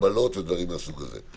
הגבלות ודברים מהסוג הזה.